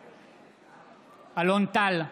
בעד אלון טל,